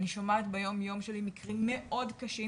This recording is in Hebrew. אני שומעת ביום יום שלי על מקרים מאוד קשים